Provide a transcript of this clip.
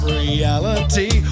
reality